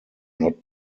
not